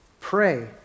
pray